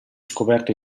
scoperto